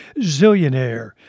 Zillionaire